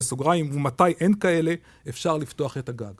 בסוגריים ומתי אין כאלה אפשר לפתוח את הגג.